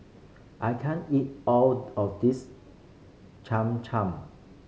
I can't eat all of this Cham Cham